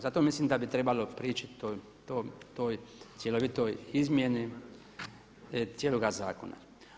Zato mislim da bi trebalo prići toj cjelovitoj izmjeni cijeloga zakona.